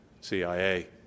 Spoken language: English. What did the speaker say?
CIA